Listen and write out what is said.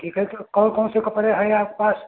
कि कई कौन कौन से कपड़े हैं आपके पास